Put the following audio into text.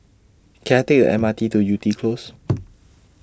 Can I Take The M R T to Yew Tee Close